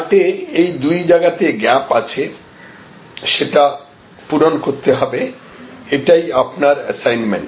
চার্টে এই দুই জায়গাতে গ্যাপ আছে সেটা পূরণ করতে হবে এটাই আপনার অ্যাসাইনমেন্ট